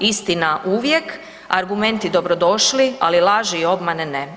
Istina uvijek, argumenti dobrodošli ali laži i obmane, ne.